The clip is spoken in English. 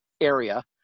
area